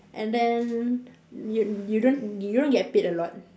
and then you you don't you don't get paid a lot